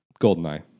Goldeneye